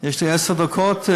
יש לי עשר דקות,